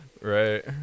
Right